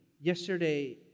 yesterday